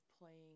playing